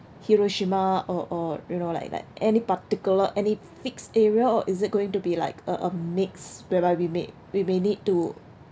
hiroshima or or you know like like any particular any fixed area or is it going to be like a a mix whereby we may we may need to